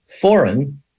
foreign